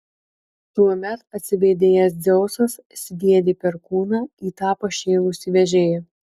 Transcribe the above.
tuomet atsivėdėjęs dzeusas sviedė perkūną į tą pašėlusį vežėją